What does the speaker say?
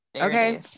okay